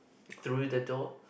through the door